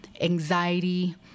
anxiety